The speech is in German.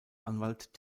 anwalt